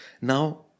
now